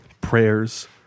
prayers